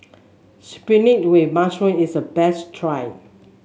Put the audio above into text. spinach with mushroom is a best try